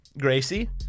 Gracie